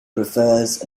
prefers